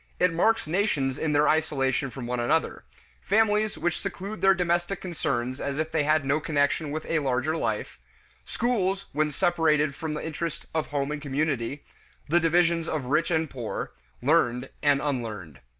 it marks nations in their isolation from one another families which seclude their domestic concerns as if they had no connection with a larger life schools when separated from the interest of home and community the divisions of rich and poor learned and unlearned.